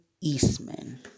Eastman